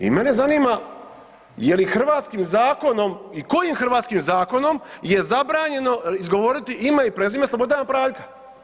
I mene zanima je li hrvatskim zakonom i kojim hrvatskim zakonom je zabranjeno izgovoriti ime i prezime Slobodana Praljka?